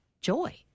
joy